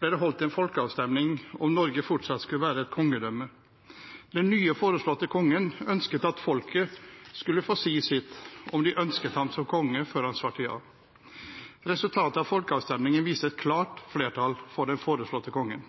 ble det holdt en folkeavstemning om Norge fortsatt skulle være et kongedømme. Den nye kongen som ble foreslått, ønsket at folket skulle få si sitt – om de ønsket ham som konge – før han svarte ja. Resultatet av folkeavstemningen viste et klart flertall for den foreslåtte kongen.